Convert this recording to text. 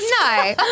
No